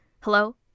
Hello